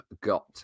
got